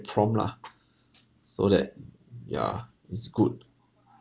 prompt lah so that yeah it's good